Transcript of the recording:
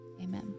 Amen